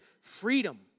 freedom